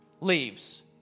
leaves